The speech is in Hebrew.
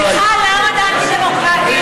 למה אנטי-דמוקרטית?